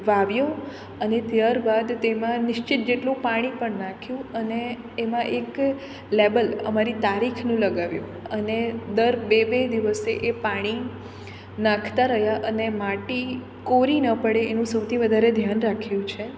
વાવ્યું અને ત્યારબાદ તેમાં નિશ્ચિત જેટલું પાણી પણ નાખ્યું અને એમાં એક લેબલ અમારી તારીખનું લગાવ્યું અને દર બે બે દિવસે એ પાણી નાખતા રહ્યા અને માટી કોરી ન પડે એનું સૌથી વધારે ધ્યાન રાખ્યું છે